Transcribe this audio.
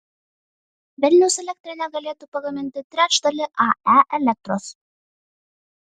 vilniaus elektrinė galėtų pagaminti trečdalį ae elektros